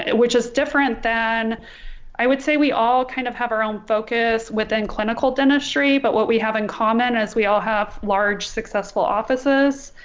which is different than i would say we all kind of have our own focus within clinical dentistry but what we have in common is we all have large successful offices